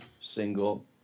single